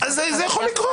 זה יכול לקרות.